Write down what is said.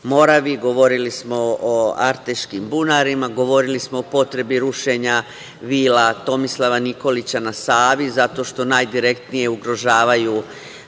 Moravi, govorili smo o arteškim bunarima, govorili smo o potrebi rušenja vila Tomislava Nikolića na Savi, zato što najdirektnije ugrožavaju